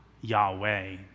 Yahweh